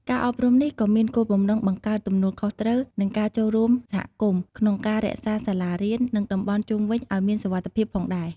ការអប់រំនេះក៏មានគោលបំណង បង្កើតទំនួលខុសត្រូវ និងការចូលរួមសហគមន៍ ក្នុងការរក្សាសាលារៀន និងតំបន់ជុំវិញឱ្យមានសុវត្ថិភាពផងដែរ។